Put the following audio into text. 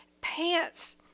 pants